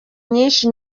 nyinshi